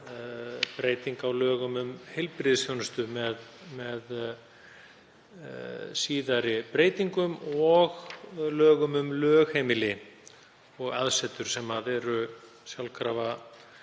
breyting á lögum um heilbrigðisþjónustu, með síðari breytingum, og lög um lögheimili og aðsetur, sem eru sjálfkrafa